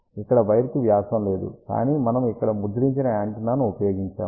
ఇక్కడ వైరుకి వ్యాసం లేదు కానీ మనము ఇక్కడ ముద్రించిన యాంటెన్నాను ఉపయోగించాము